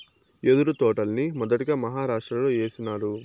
యెదురు తోటల్ని మొదటగా మహారాష్ట్రలో ఏసినారు